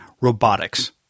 robotics